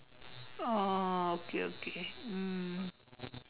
oh okay okay mm